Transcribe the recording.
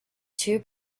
two